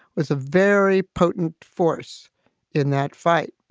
was a very potent force in that fight.